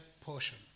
portion